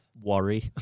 worry